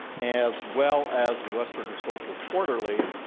as well as the western historical quarterly,